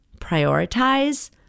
prioritize